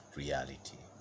reality